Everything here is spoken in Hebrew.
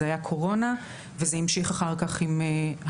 הייתה הקורונה וזה המשיך אחר כך המשבר